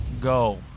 go